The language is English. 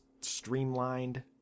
streamlined